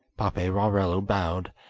paperarello bowed,